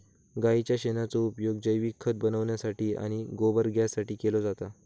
गाईच्या शेणाचो उपयोग जैविक खत बनवण्यासाठी आणि गोबर गॅससाठी केलो जाता